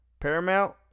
paramount